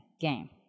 game